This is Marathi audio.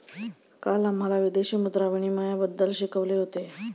काल आम्हाला विदेशी मुद्रा विनिमयबद्दल शिकवले होते